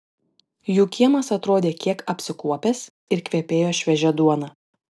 jų kiemas atrodė kiek apsikuopęs ir kvepėjo šviežia duona